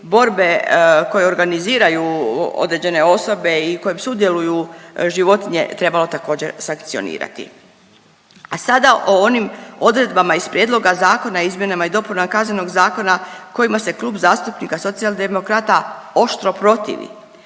borbe koje organiziraju određene osobe i kojem sudjeluju životinje trebalo također sankcionirati. A sada o onim odredbama iz prijedloga zakona, izmjenama i dopunama Kaznenog zakona kojima se Klub zastupnika Socijaldemokrata oštro protivi.